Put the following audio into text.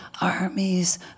armies